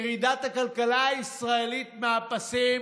ירידת הכלכלה הישראלית מהפסים,